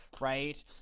right